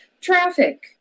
traffic